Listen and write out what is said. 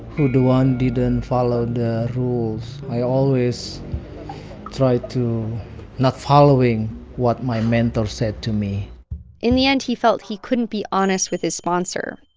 who do want didn't follow the rules i always tried to not following what my mentor said to me in the end, he felt he couldn't be honest with his sponsor,